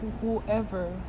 whoever